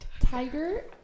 Tiger